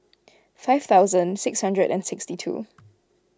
five thousand six hundred and sixty two